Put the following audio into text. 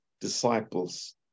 disciples